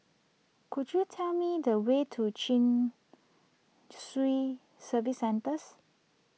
could you tell me the way to Chin Swee Service Centres